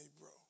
bro